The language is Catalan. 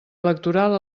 electoral